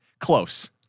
Close